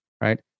right